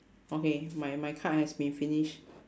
okay my my card has been finish